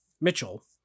mitchell